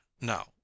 now